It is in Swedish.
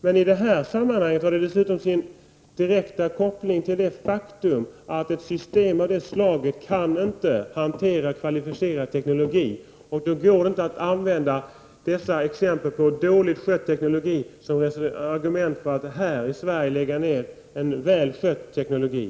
Men i detta sammanhang har det dessutom sin direkta koppling till det faktum att ett system av det slaget inte kan hantera kvalificerad teknologi, och då går det inte att använda dessa exempel på dåligt skött ekologi som argument för att man här i Sverige skall lägga ned en välskött teknologi.